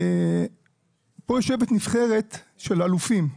פה יושבת נבחרת של אלופים,